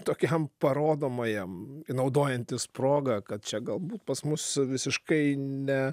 tokiam parodomajam naudojantis proga kad čia galbūt pas mus visiškai ne